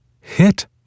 hit